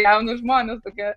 jaunus žmones tokie